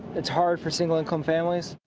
it's hard for single income families.